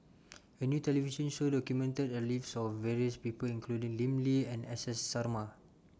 A New television Show documented The Lives of various People including Lim Lee and S S Sarma